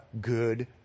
good